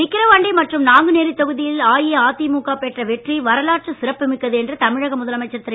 விக்கிரவாண்டி மற்றும் நாங்குநேரி தொகுதியில் அஇதிமுக பெற்ற வெற்றி வரலாற்று சிறப்புமிக்கது என்று தமிழக முதலமைச்சர் திரு